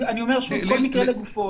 אני אומר שוב שכל מקרה לגופו.